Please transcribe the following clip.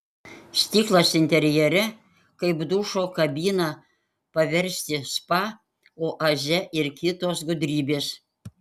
stiklas interjere kaip dušo kabiną paversti spa oaze ir kitos gudrybės